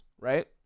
right